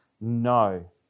no